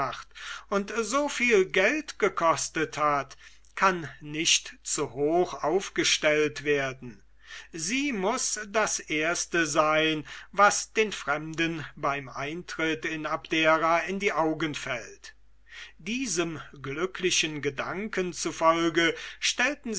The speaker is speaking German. und so viel geld gekostet hat kann nicht zu hoch aufgestellt werden sie muß das erste sein was den fremden beim eintritt in abdera in die augen fällt diesem glücklichen gedanken zufolge stellten